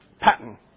Patent